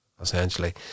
essentially